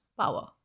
power